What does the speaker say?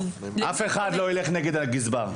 אף אחד לא ילך נגד הגזבר.